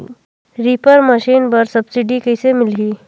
Reaper machine बर subsidy कइसे मिलही?